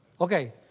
Okay